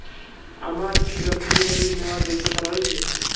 আমার কী ব্যাক্তিগত ঋণ নেওয়ার যোগ্যতা রয়েছে?